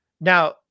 Now